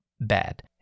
bad